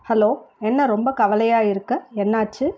hello என்ன ரொம்ப கவலையாக இருக்கே என்னாச்சு